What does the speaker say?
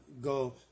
go